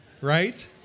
right